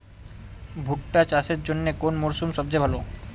ভুট্টা চাষের জন্যে কোন মরশুম সবচেয়ে ভালো?